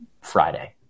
Friday